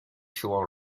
tool